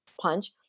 punch